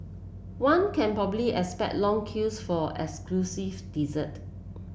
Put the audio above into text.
one can probably expect long queues for exclusive dessert